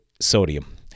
sodium